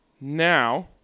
Now